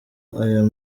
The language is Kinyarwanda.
ayo